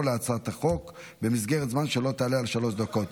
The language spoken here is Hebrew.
להצעת החוק במסגרת זמן שלא תעלה על שלוש דקות.